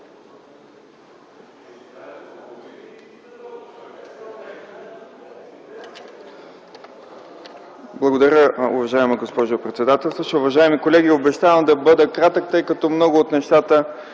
Благодаря, госпожо председател. Уважаеми колеги, обещавам да бъда кратък, тъй като много от нещата